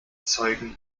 zeugen